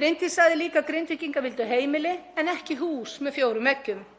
Bryndís sagði líka að Grindvíkingar vildu heimili en ekki hús með fjórum veggjum.